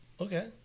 Okay